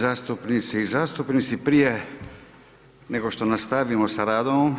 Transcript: zastupnice i zastupnici, prije nego što nastavimo sa radom